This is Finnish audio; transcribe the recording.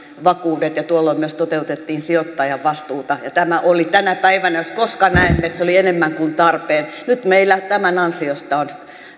vakuudet ja tuolloin myös toteutettiin sijoittajan vastuuta ja tämä oli tänä päivänä jos koskaan sen näemme enemmän kuin tarpeen nyt meillä tämän ansiosta on